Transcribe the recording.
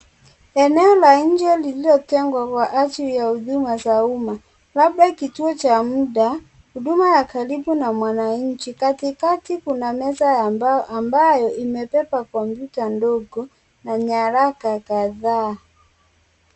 Eneo la nje lililotengwa kwa ajili ya huduma za umma labda kituo cha mda, huduma ya karibu na mwananchi katikati kuna meza ya mbao ambayo imebeba kompyuta ndogo na nyaraka kadhaa.